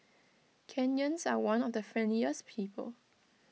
Kenyans are one of the friendliest people